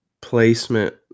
placement